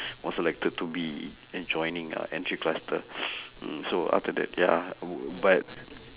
was selected to be joining (uh)entry cluster so after that ya but